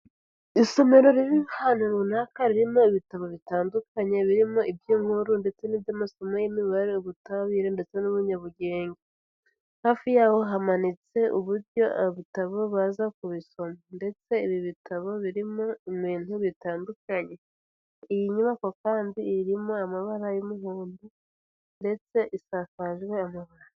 Isomero riri ahantu runaka, ririmo ibitabo bitandukanye. Birimo iby'inkuru ndetse n'iby'amasomo y'imibare, ubutabire ndetse n'ubunyabugenge. Hafi y'aho hamanitse uburyo ibitabo baza kubisoma, ndetse ibi bitabo birimo ibintu bitandukanye. Iyi nyubako kandi irimo amabara y'umuhondo ndetse isakaje amabati.